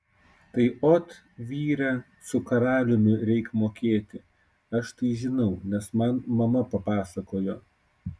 tai ot vyre su karaliumi reik mokėti aš tai žinau nes man mama papasakojo